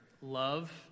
love